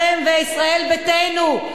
אתם וישראל ביתנו.